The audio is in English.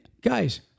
Guys